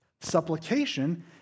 Supplication